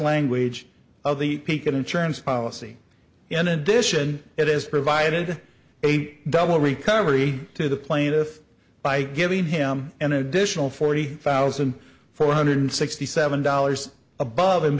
language of the peak insurance policy in addition it is provided a double recovery to the plaintiff by giving him an additional forty thousand four hundred sixty seven dollars above and